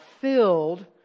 filled